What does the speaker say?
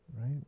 right